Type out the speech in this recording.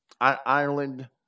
Ireland